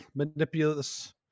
Manipulous